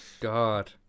god